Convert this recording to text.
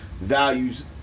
values